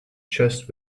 chest